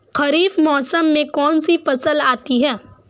खरीफ मौसम में कौनसी फसल आती हैं?